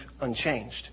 unchanged